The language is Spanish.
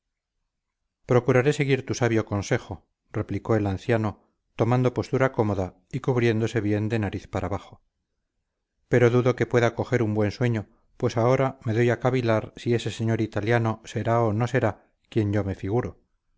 procuraré seguir tu sabio consejo replicó el anciano tomando postura cómoda y cubriéndose bien de nariz para abajo pero dudo que pueda coger un buen sueño pues ahora me doy a cavilar si ese señor italiano será o no será quien yo me figuro